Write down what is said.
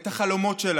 את החלומות שלנו,